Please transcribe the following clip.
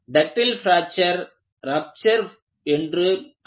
ductile fracture rupture என்றும் அழைக்கப்படும்